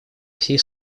всей